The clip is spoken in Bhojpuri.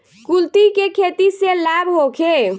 कुलथी के खेती से लाभ होखे?